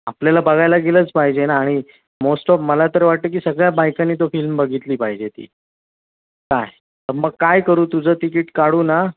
आपल्याला बघायला गेलंच पाहिजे ना आणि मोस्ट ऑफ मला तर वाटतं की सगळ्या बायकांनी तो फिल्म बघितली पाहिजे ती काय तर मग काय करू तुझं तिकीट काढू ना